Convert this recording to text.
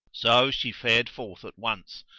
so she fared forth at once,